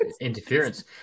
interference